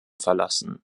verlassen